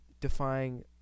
defying